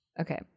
okay